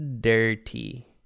dirty